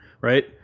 Right